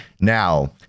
now